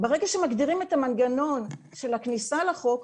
ברגע שמגדירים את המנגנון של הכניסה לחוק,